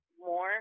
more